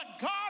God